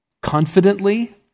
confidently